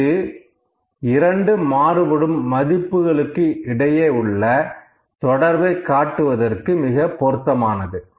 இது 2 மாறுபடும் மதிப்புகளுக்கு இடையே உள்ள தொடர்பை காட்டுவதற்கு மிகப் பொருத்தமானது